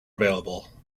available